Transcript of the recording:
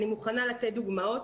אני מוכנה לתת דוגמאות.